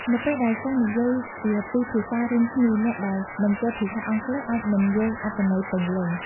នៅពេលដែលសិស្សនិយាយជាពីរភាសារួមគ្នា អ្នកដែលមិនចេះភាសាអង់គ្លេសអាចមិនយល់អត្ថន័យពេញលេញ។